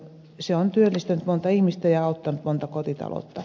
se on työllistänyt monta ihmistä ja auttanut monta kotitaloutta